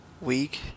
week